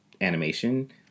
animation